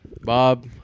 Bob